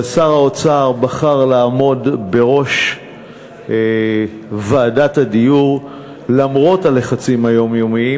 אבל שר האוצר בחר לעמוד בראש ועדת הדיור למרות הלחצים היומיומיים.